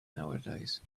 nowadays